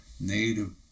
native